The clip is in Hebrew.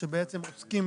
שבעצם עוסקים